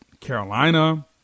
Carolina